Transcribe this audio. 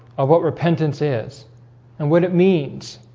of what repentance is and what it means?